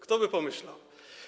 Kto by pomyślał?